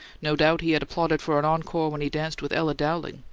no doubt he had applauded for an encore when he danced with ella dowling,